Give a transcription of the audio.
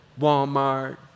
Walmart